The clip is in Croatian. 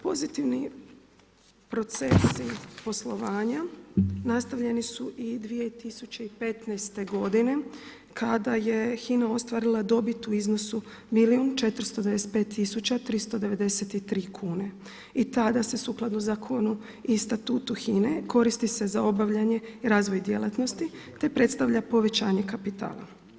Pozitivni procesi poslovanja nastavljeni i 2015. godine kada je HINA ostvarila dobit u iznosu milijun 495 393 kune i tada se sukladno zakonu i statutu HINA-e koristi se za obavljanje i razvoj djelatnosti te predstavlja povećanje kapitala.